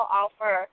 offer